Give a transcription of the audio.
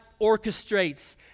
orchestrates